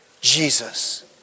jesus